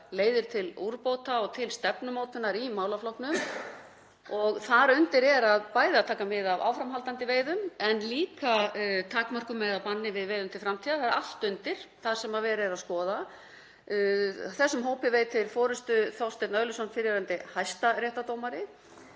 leiðir til úrbóta og til stefnumótunar í málaflokknum. Þar undir er bæði að taka mið af áframhaldandi veiðum en líka takmörkun eða bann við veiðum til framtíðar. Það er allt undir því sem verið er að skoða. Þessum hópi veitir forystu Þorsteinn Örlygsson, fyrrverandi hæstaréttardómari,